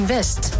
West